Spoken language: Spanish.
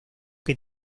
que